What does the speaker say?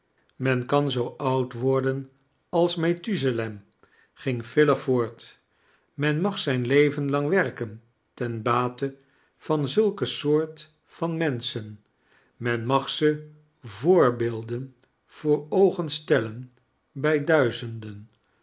men kan zoo oud worden als methsaleni ging filer voort men mag zijn leven lang werken ten bate van zulk soort van menschen men mag ze vioorbeemen voor oogen stellen bij duizenden